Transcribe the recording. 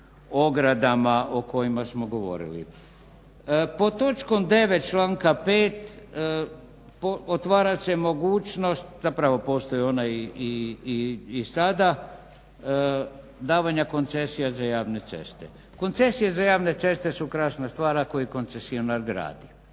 ogradama o kojima smo govorili. Pod točkom 9. članka 5. otvara se mogućnost, zapravo postoji ona i sada, davanja koncesija za javne ceste. Koncesije za javne ceste su krasna stvar ako ih koncesionar gradi.